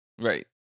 Right